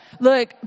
Look